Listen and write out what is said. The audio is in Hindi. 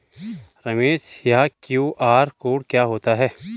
रमेश यह क्यू.आर कोड क्या होता है?